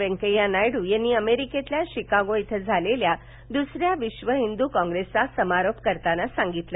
व्यकैया नायडू यांनी अमेरिकेतल्या शिकागो इथं झालेल्या दुसऱ्या विध हिंदू कॉप्रेसचा समारोप करताना सांगितलं